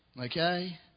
Okay